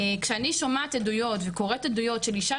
כשאני שומעת עדויות וקוראת עדויות של אישה